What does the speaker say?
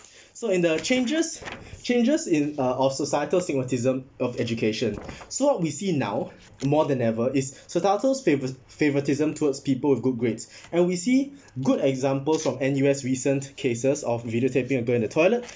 so in the changes changes in uh of societal stigmatism of education so what we see now more than ever is startles favourit~ favouritism towards people with good grades and we see good examples of N_U_S recent cases of videotaping a girl in the toilet